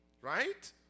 right